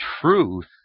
truth